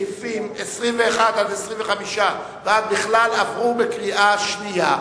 שסעיפים 21 25 ועד בכלל עברו בקריאה השנייה.